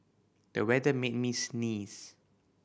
the weather made me sneeze